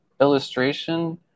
illustration